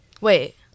wait